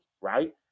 right